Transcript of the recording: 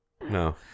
No